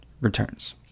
returns